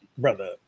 Brother